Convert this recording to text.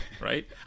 Right